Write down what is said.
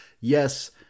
Yes